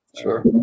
Sure